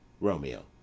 Romeo